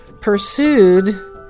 pursued